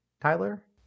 Tyler